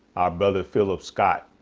our brother philip scott,